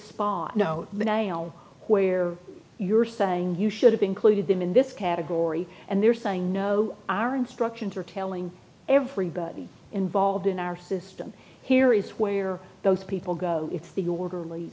spot no nail where you're saying you should have included them in this category and they're saying no our instructions are telling everybody involved in our system here is where those people go if the orderly